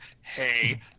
Hey